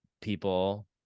people